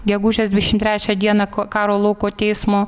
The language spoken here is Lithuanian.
gegužės dvidešimt trečią dieną ko karo lauko teismo